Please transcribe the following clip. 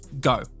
go